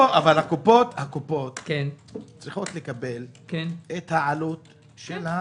קופות החולים צריכות לקבל את עלות הבדיקה,